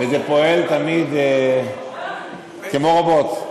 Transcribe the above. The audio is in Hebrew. וזה פועל תמיד כמו רובוט.